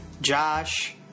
Josh